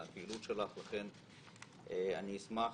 בפעילות של הרשות כמוצג בדוחות ובראייה הענפית אותה אתם מציגים.